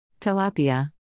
tilapia